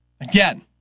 Again